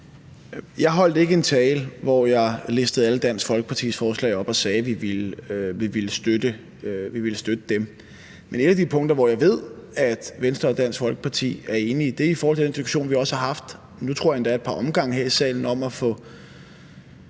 Jeg holdt ikke en tale, hvor jeg listede alle Dansk Folkepartis forslag op og sagde, at vi ville støtte dem. Men et af de punkter, hvor jeg ved at Venstre og Dansk Folkeparti er enige, er i forhold til den diskussion, vi også har haft – af et par omgange, tror jeg – her i salen om at få